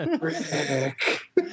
Rick